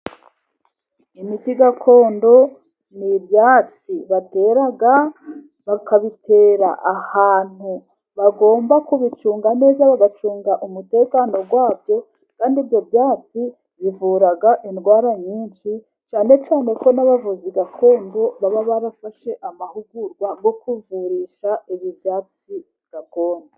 Imiti gakondo ni ibyatsi batera, bakabitera ahantu bagomba kubicunga neza bagacunga umutekano wabyo, kandi ibyo byatsi bivura indwara nyinshi, cyane cyane ko n'abavuzi gakondo baba barafashe amahugurwa yo kuvurisha ibi byatsi gakondo.